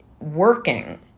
working